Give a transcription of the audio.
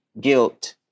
guilt